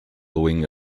wing